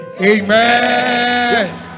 Amen